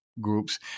Groups